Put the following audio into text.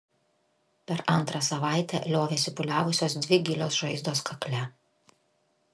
per antrą savaitę liovėsi pūliavusios dvi gilios žaizdos kakle